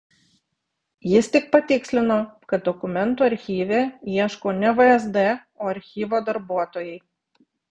jis tik patikslino kad dokumentų archyve ieško ne vsd o archyvo darbuotojai